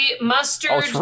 mustard